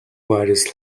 varies